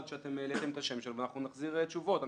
שאתם העליתם את השם שלו ואנחנו נחזיר תשובות.